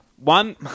One